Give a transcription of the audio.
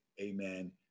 amen